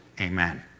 amen